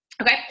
Okay